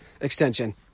extension